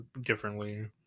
differently